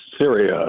Syria